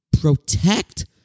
protect